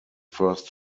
first